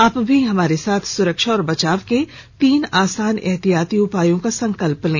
आप भी हमारे साथ सुरक्षा और बचाव के तीन आसान एहतियाती उपायों का संकल्प लें